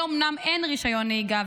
אומנם אין לי רישיון נהיגה,